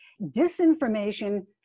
disinformation